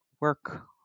work